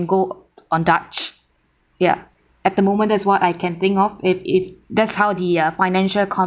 go on dutch ya at the moment that's what I can think of it it that's how the financial